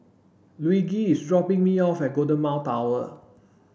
Luigi is dropping me off at Golden Mile Tower